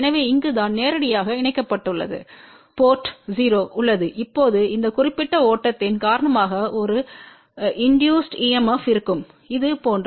எனவே இங்குதான் நேரடியாக இணைக்கப்பட்டுள்ளது போர்ட் port0 உள்ளது இப்போது இந்த குறிப்பிட்ட ஓட்டத்தின் காரணமாக ஒரு இன்டியுஸ்ட் 9induced EMF இருக்கும் இது போன்ற